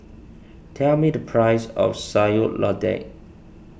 tell me the price of Sayur Lodeh